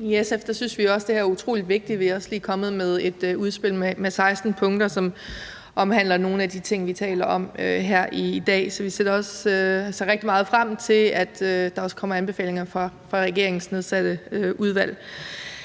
I SF synes vi også, det her er utrolig vigtigt. Vi er også lige kommet med et udspil med 16 punkter, som omhandler nogle af de ting, vi taler om her i dag. Så vi ser også rigtig meget frem til, at der også kommer anbefalinger fra regeringens nedsatte udvalg.